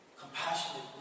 Compassionate